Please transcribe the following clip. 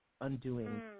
undoing